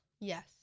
Yes